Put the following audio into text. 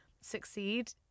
succeed